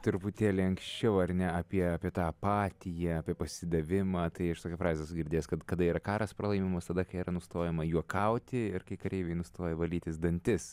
truputėlį anksčiau ar ne apie apie tą apatiją apie pasidavimą tai aš tokią frazę esu girdėjęs kad kada yra karas pralaimimas tada kai nustojama juokauti ir kai kareiviai nustoja valytis dantis